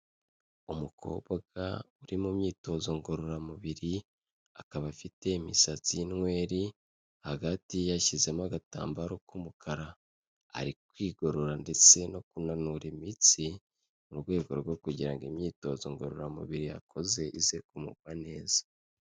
Umukobwa uri mu myitozo ngororamubiri, akaba afite imisatsi y'inweri, hagati yashyizemo agatambaro k'umukara ari kwigorora ndetse no kunanura imitsi, mu rwego rwo kugira ngo imyitozo ngororamubiri yakoze ize kumugwa neza.